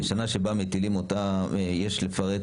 בשנה שבה מטילים אותם יש לפרט,